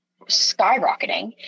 skyrocketing